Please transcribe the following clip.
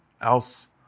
else